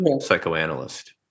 psychoanalyst